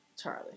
Charlie